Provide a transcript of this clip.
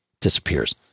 disappears